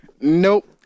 Nope